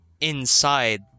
inside